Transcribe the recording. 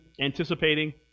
anticipating